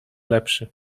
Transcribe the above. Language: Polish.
lepszy